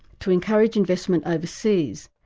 to encourage investment overseas,